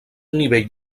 nivell